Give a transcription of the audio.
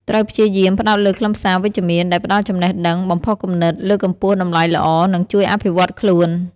ត្រូវព្យាយាម ផ្តោតលើខ្លឹមសារវិជ្ជមាន ដែលផ្តល់ចំណេះដឹង បំផុសគំនិត លើកកម្ពស់តម្លៃល្អ និងជួយអភិវឌ្ឍខ្លួន។